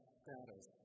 status